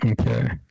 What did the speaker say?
Okay